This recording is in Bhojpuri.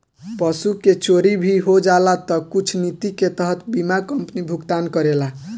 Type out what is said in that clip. पशु के चोरी भी हो जाला तऽ कुछ निति के तहत बीमा कंपनी भुगतान करेला